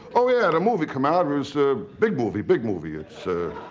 oh yeah, the movie come out. it was a big movie, big movie. it's a